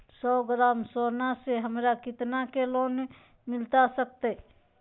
सौ ग्राम सोना से हमरा कितना के लोन मिलता सकतैय?